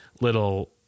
little